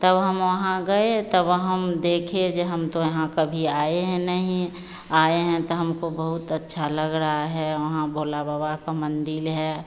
तब हम वहाँ गए तब हम देखे जो हम तो यहाँ कभी आए हैं नहीं आए हैं तो हमको बहुत अच्छा लग रहा है वहाँ भोला बाबा का मन्दिर है